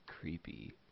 creepy